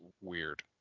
weird